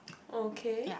okay